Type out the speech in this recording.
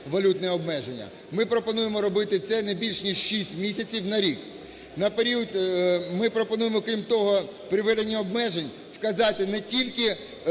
валютні обмеження. Ми пропонуємо робити це не більше, ніж 6 місяців на рік, на період. Ми пропонуємо, крім того, при введенні обмежень вказати не тільки термін